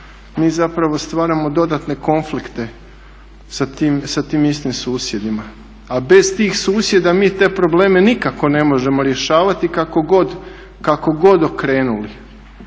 mi zapravo stvaramo dodatne konflikte sa tim istim susjedima, a bez tih susjeda mi te probleme nikako ne možemo rješavati kako god okrenuli.